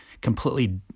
completely